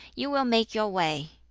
you will make your way.